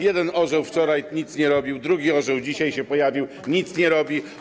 Jeden orzeł wczoraj nic nie robił, drugi orzeł dzisiaj się pojawił, nic nie robi.